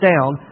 down